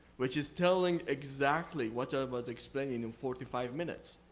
which is telling exactly what ah i was explaining in forty five minutes.